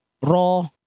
Raw